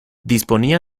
disponía